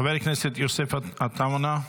חבר הכנסת יוסף עטאונה,